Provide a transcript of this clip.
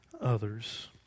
others